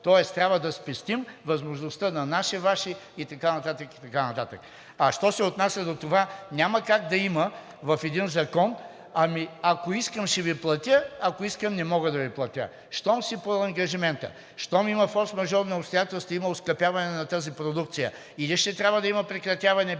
тоест трябва да спестим възможността на наши, Ваши и така нататък, и така нататък. А що се отнася до това, няма как да има в един закон: „Ами, ако искам, ще Ви платя, ако искам, не мога да Ви платя.“ Щом си поел ангажимента, щом има форсмажорни обстоятелства, има оскъпяване на тази продукция, или ще трябва да има прекратяване без санкции,